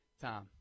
Tom